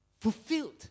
Fulfilled